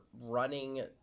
running